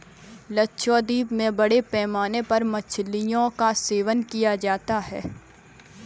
लक्षद्वीप में बड़े पैमाने पर मछलियों का सेवन किया जाता है